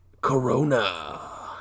Corona